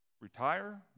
retire